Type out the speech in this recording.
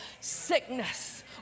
sickness